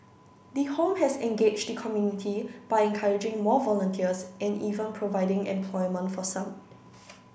the home has engaged the community by encouraging more volunteers and even providing employment for some